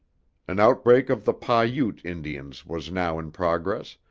an outbreak of the pah-ute indians was now in progress,